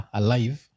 alive